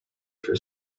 for